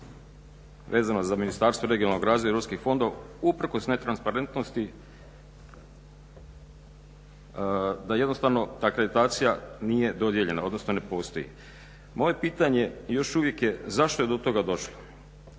vezano za Ministarstvo regionalnog razvoja i europskih fondova usprkos netransparentnosti da jednostavno ta akreditacija nije dodijeljena, odnosno ne postoji. Moje pitanje još uvijek je zašto je do toga došlo.